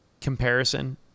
comparison